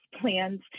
plans